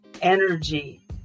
energy